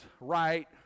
right